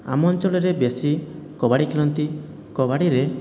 ଆମ ଅଞ୍ଚଳରେ ବେଶୀ କବାଡ଼ି ଖେଳନ୍ତି କବାଡ଼ିରେ